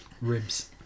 Ribs